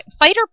fighter